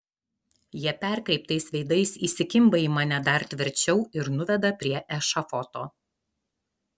jie perkreiptais veidais įsikimba į mane dar tvirčiau ir nuveda prie ešafoto